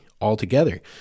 altogether